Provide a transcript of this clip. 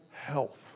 health